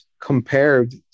compared